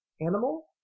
animal